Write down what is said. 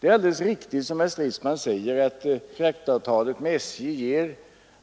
Det är alldeles riktigt som herr Stridsman säger att fraktavtalet med SJ ger